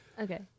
Okay